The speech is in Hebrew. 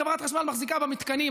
חברת החשמל מחזיקה במתקנים,